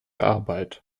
arbeit